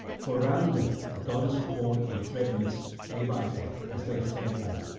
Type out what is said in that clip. for round them the goddess poured a dread mist day by day as they fared on.